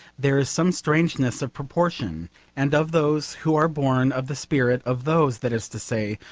there is some strangeness of proportion and of those who are born of the spirit of those, that is to say,